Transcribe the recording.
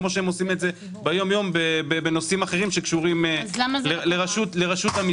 כפי שהם עושים את זה ביום-יום בנושאים אחרים שקשורים לרשות המיסים.